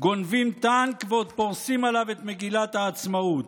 גונבים טנק ועוד פורסים עליו את מגילת העצמאות.